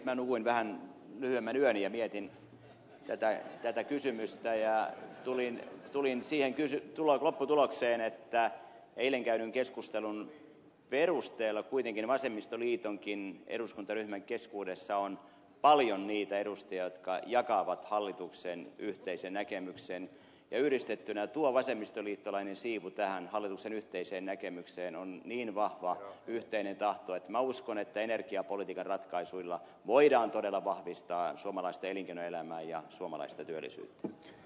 minä nukuin vähän lyhyemmän yön ja mietin tätä kysymystä ja tulin siihen lopputulokseen että eilen käydyn keskustelun perusteella kuitenkin vasemmistoliitonkin eduskuntaryhmän keskuudessa on paljon niitä edustajia jotka jakavat hallituksen yhteisen näkemyksen ja yhdistettynä tuo vasemmistoliittolainen siivu tähän hallituksen yhteiseen näkemykseen on niin vahva yhteinen tahto että minä uskon että energiapolitiikan ratkaisuilla voidaan todella vahvistaa suomalaista elinkeinoelämää ja suomalaista työllisyyttä